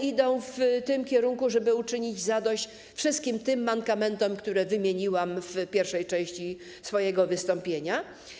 Idą one w tym kierunku, żeby uczynić zadość wszystkim, jeśli chodzi o mankamenty, które wymieniłam w pierwszej części swojego wystąpienia.